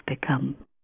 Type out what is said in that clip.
become